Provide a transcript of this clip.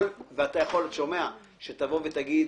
יכול להיות שתבוא ותגיד